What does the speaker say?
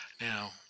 now